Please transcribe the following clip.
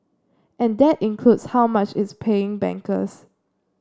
and that includes how much it's paying bankers